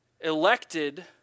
elected